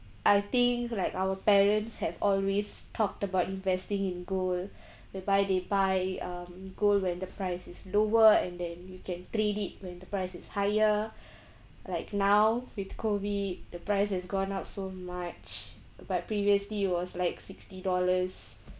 I think like our parents have always talked about investing in gold whereby they buy um gold when the price is lower and then you can trade it when the price is higher like now with COVID the price has gone up so much but previously was like sixty dollars